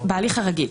בהליך הרגיל.